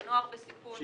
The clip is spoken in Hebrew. של נוער בסיכון,